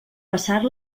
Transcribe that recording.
passar